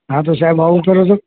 હા તો સાહેબ આવું કરો તો